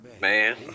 Man